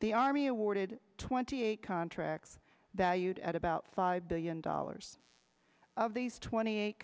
the army awarded twenty eight contracts that you'd add about five billion dollars of these twenty